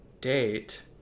date